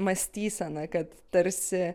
mąstyseną kad tarsi